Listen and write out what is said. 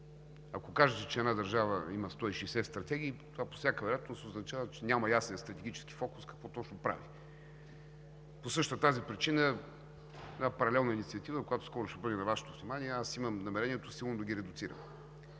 Ако кажете, че една държава има 160 стратегии, това по всяка вероятност означава, че няма ясен стратегически фокус какво точно прави. По същата тази причина има една паралелна инициатива, която скоро ще бъде на Вашето внимание. Аз имам намерението силно да ги редуцирам.